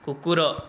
କୁକୁର